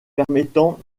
permettant